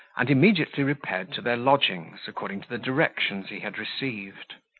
and immediately repaired to their lodgings, according to the directions he had received.